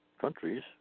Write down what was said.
countries